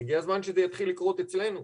הגיע הזמן שזה יתחיל לקרות אצלנו.